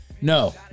No